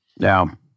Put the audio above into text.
Now